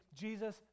Jesus